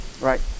Right